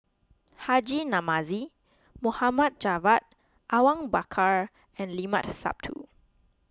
Haji Namazie Mohd Javad Awang Bakar and Limat Sabtu